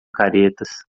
caretas